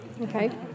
Okay